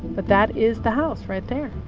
but that is the house right there.